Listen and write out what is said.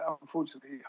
unfortunately